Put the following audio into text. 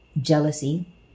jealousy